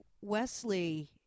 Wesley